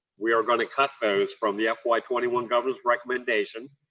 we are going to cut those from the fy twenty one governor's recommendation.